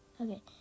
okay